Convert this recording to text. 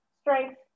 strength